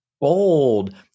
bold